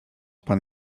pan